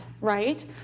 right